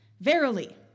Verily